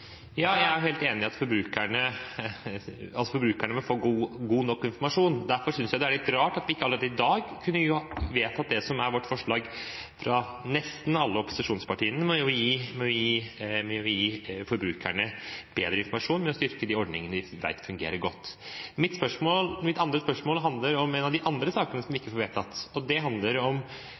Jeg er helt enig i at forbrukerne må få god nok informasjon. Derfor synes jeg det er litt rart at vi ikke allerede i dag kunne ha vedtatt det som er forslag fra nesten alle opposisjonspartiene, om å gi forbrukerne bedre informasjon ved å styrke de ordningene som vi vet fungerer godt. Mitt andre spørsmål handler om en av de andre sakene som ikke blir vedtatt: Hva gjør vi med legemidler som ikke blir brukt? Jeg synes det